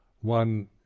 One